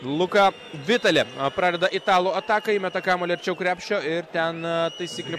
luka vitali pradeda italų ataką įmeta kamuolį arčiau krepšio ir ten taisyklių